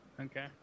Okay